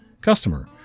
Customer